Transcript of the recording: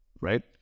right